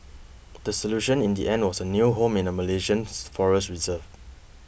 the solution in the end was a new home in a Malaysian forest reserve